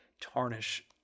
tarnish